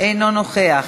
אינו נוכח.